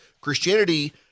Christianity